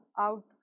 out